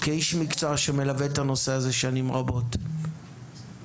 כאיש מקצוע שמלווה את הנושא הזה שנים רבות איך